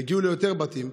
יגיעו ליותר בתים,